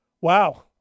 Wow